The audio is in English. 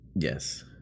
Yes